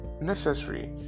necessary